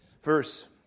Verse